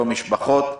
לא משפחות.